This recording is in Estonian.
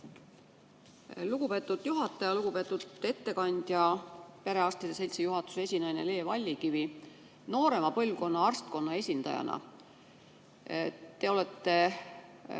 Lugupeetud juhataja! Lugupeetud ettekandja, perearstide seltsi juhatuse esinaine Le Vallikivi! Noorema põlvkonna arstkonna esindajana olete